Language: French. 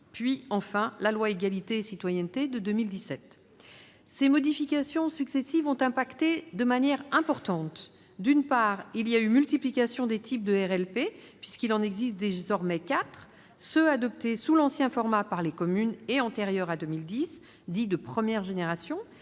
et à la citoyenneté de 2017. Ces modifications successives ont eu un impact important. D'une part, il y a eu multiplication des types de RLP, puisqu'il en existe désormais quatre : ceux adoptés sous l'ancien format par les communes et antérieurs à 2010, dits « de première génération